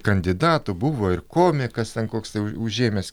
kandidatų buvo ir komikas ten koks tai užėmęs